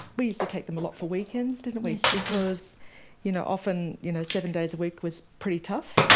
we used to take them a lot for weekends, didn't we, because you know often you know seven days a week was pretty tough,